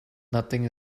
nothing